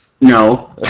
No